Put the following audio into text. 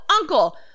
uncle